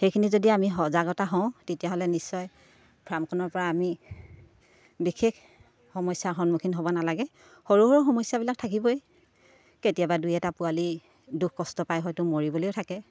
সেইখিনি যদি আমি সজাগতা হওঁ তেতিয়াহ'লে নিশ্চয় ফাৰ্মখনৰ পৰা আমি বিশেষ সমস্যাৰ সন্মুখীন হ'ব নালাগে সৰু সৰু সমস্যাবিলাক থাকিবই কেতিয়াবা দুই এটা পোৱালি দুখ কষ্ট পায় হয়তো মৰিবলেও থাকে